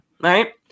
Right